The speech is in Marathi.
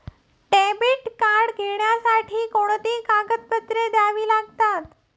डेबिट कार्ड घेण्यासाठी कोणती कागदपत्रे द्यावी लागतात?